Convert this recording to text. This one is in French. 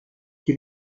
qui